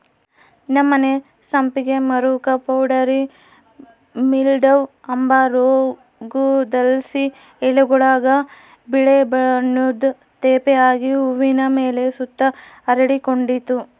ನಮ್ಮನೆ ಸಂಪಿಗೆ ಮರುಕ್ಕ ಪೌಡರಿ ಮಿಲ್ಡ್ವ ಅಂಬ ರೋಗುದ್ಲಾಸಿ ಎಲೆಗುಳಾಗ ಬಿಳೇ ಬಣ್ಣುದ್ ತೇಪೆ ಆಗಿ ಹೂವಿನ್ ಮೇಲೆ ಸುತ ಹರಡಿಕಂಡಿತ್ತು